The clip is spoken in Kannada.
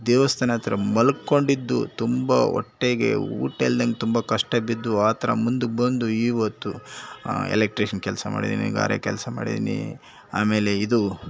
ದೇವಸ್ಥಾನ ಹತ್ರ ಮಲ್ಕೊಂಡಿದ್ದು ತುಂಬ ಒಟ್ಟೆಗೆ ಊಟ ಇಲ್ದಂಗೆ ತುಂಬ ಕಷ್ಟ ಬಿದ್ದು ಆ ಥರ ಮುಂದಕ್ಕೆ ಬಂದು ಇವತ್ತು ಎಲೆಕ್ಟ್ರಿಷಿಯನ್ ಕೆಲಸ ಮಾಡಿದ್ದೀನಿ ಗಾರೆ ಕೆಲಸ ಮಾಡಿದ್ದೀನಿ ಆಮೇಲೆ ಇದು